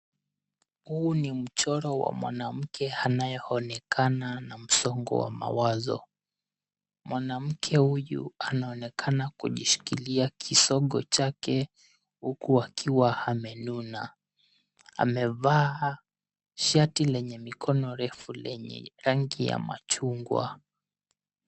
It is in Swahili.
Huu ni mchoro wa mwanamke anayeonekana na msongo wa mawazo. Mwanamke anaonekana kujishikilia kisogo chake huku akiwa amenuna. Amevaha shati lenye mikono refu lenye rangi ya machungwa.